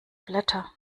blätter